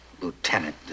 lieutenant